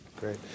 Great